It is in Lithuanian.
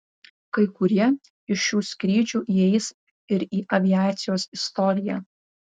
kai kurie iš šių skrydžių įeis ir į aviacijos istoriją